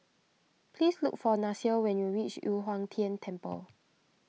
please look for Nasir when you reach Yu Huang Tian Temple